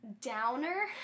downer